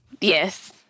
Yes